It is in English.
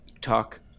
talk